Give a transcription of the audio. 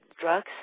drugs